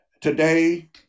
Today